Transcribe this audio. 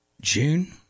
june